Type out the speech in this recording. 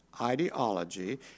ideology